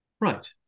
Right